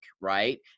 right